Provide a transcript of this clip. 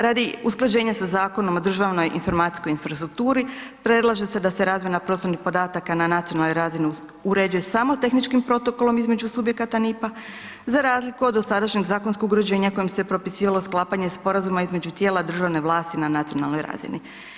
Radi usklađenja sa Zakonom o državnoj informacijskoj infrastrukturi predlaže se da se razmjena prostornih podataka na nacionalnoj razini uređuje samo tehničkim protokolom između subjekata NIPP-a za razliku od dosadašnjeg zakonskog uređenja kojim se propisivalo sklapanje sporazuma između tijela državne vlasti na nacionalnoj razini.